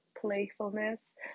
playfulness